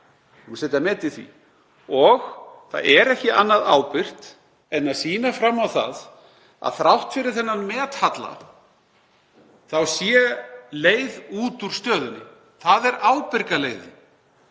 að setja alger met í því. Það er ekki annað ábyrgt en að sýna fram á að þrátt fyrir þennan methalla sé leið út úr stöðunni. Það er ábyrga leiðin,